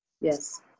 yes